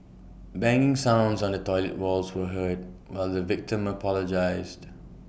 banging sounds on the toilet walls were heard while the victim apologised